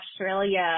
Australia